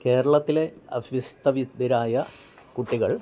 കേരളത്തിലെ അഭ്യസ്തവിദ്യരായ കുട്ടികൾ